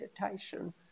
meditation